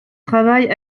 travail